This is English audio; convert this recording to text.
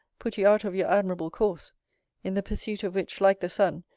put you out of your admirable course in the pursuit of which, like the sun,